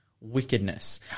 wickedness